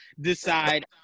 decide